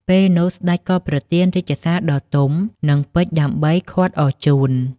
ពេលនោះសេ្តចក៏ប្រទានរាជសារដល់ទុំ និងពេជ្រដើម្បីឃាត់អរជូន។